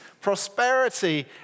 Prosperity